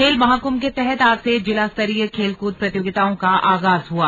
खेल महाकुंभ के तहत आज से जिलास्तरीय खेलकूद प्रतियोगिताओं का आगाज हुआ